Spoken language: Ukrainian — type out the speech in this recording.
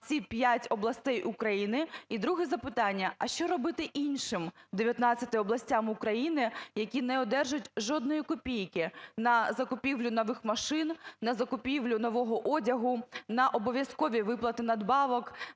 ці 5 областей України? І друге запитання. А що робити іншим 19 областям України, які не одержують жодної копійки на закупівлю нових машин, на закупівлю нового одягу, на обов'язкові виплати надбавок